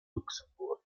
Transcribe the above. luxemburg